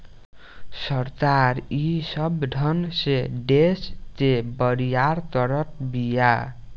सरकार ई सब ढंग से देस के बरियार करत बिया